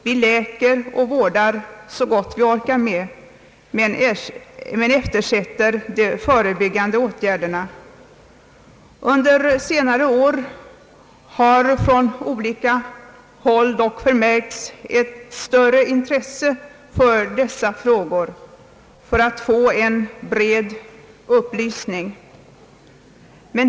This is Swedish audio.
Vi läker och vårdar så gott vi orkar med, men eftersätter de förebyggande åtgärderna. Under senare år har från olika håll dock förmärkts ett större intresse för att få en bred upplysning.